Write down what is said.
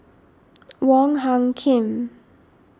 Wong Hung Khim